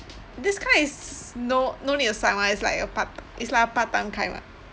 this kind is no no need to sign [one] it's like a part it's like a part time kind [what]